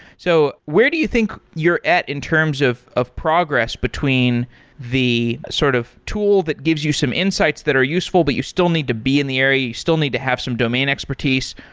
so where do you think you're at in terms of of progress between the sort of tool that gives you some insights that are useful, but you still need to be in the area. you still need to have some domain expertise,